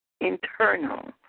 internal